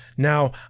Now